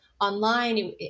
online